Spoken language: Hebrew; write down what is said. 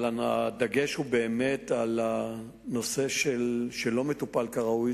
אבל הדגש הוא באמת על הנושא שלא מטופל כראוי,